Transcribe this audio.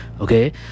okay